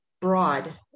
broad